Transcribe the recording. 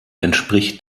entspricht